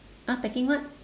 !huh! packing what